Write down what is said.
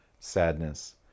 Sadness